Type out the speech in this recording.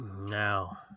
Now